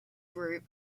group